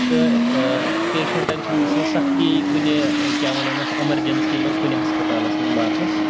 تہٕ پیشَنٹَن چھَنہٕ گژھان سختی کُنہِ کیٛاہ وَنان اَتھ ایمَرجَنسی منٛز کُنہِ ہَسپَتالَس منٛز واتنَس